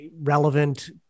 relevant